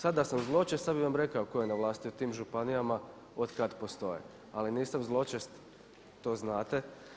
Sada da sam zločest sada bih vam rekao tko je na vlasti u tim županijama od kada postoje ali nisam zločest, to znate.